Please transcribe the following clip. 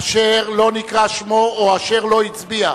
אשר לא נקרא שמו או אשר לא הצביע?